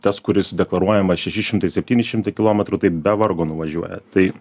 tas kuris deklaruojamas šeši šimtai septyni šimtai kilometrų tai be vargo nuvažiuoja tai